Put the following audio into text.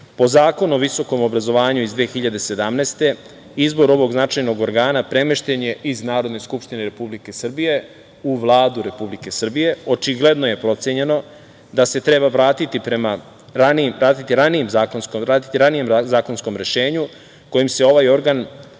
Po Zakonu o visokom obrazovanju iz 2017. godine izbor ovog značajnog organa premešten je iz Narodne skupštine Republike Srbije u Vladu Republike Srbije. Očigledno je procenjeno da se treba vratiti ranije zakonskom rešenju kojim se ovom organu daje